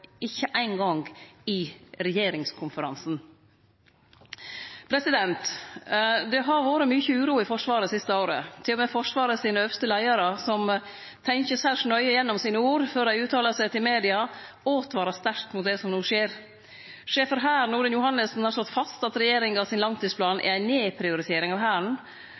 ikkje eingong i regjeringskonferansen. Det har vore mykje uro i Forsvaret det siste året. Til og med Forsvaret sine øvste leiarar, som tenkjer særs nøye gjennom orda sine før dei uttalar seg til media, åtvarar sterkt mot det som no skjer. Sjef for Hæren, Odin Johannessen, har slått fast at regjeringa sin langtidsplan er ei nedprioritering av Hæren,